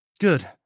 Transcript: Good